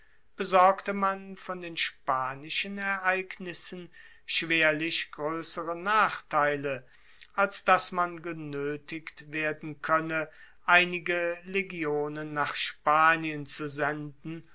besorgte man von den spanischen ereignissen schwerlich groessere nachteile als dass man genoetigt werden koenne einige legionen nach spanien zu senden